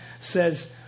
says